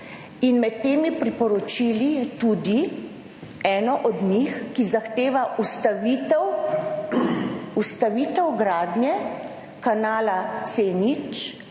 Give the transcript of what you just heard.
In med temi priporočili je tudi eno od njih, ki zahteva ustavitev gradnje kanala C0